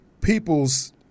people's